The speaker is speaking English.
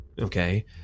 okay